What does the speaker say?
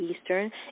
Eastern